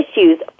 issues